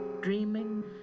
Dreaming